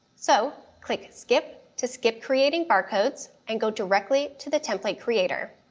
so click skip to skip creating barcodes and go directly to the template creator.